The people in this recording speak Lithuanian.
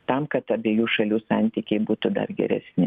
tam kad abiejų šalių santykiai būtų dar geresni